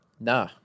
Nah